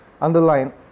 Underline